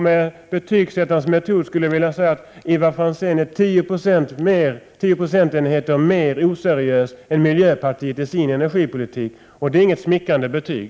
Med betygsättarens metod skulle jag vilja säga att Ivar Franzén är tio procentenheter mer oseriös än miljöpartiet i sin energipolitik, och det är inget smickrande betyg.